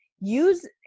use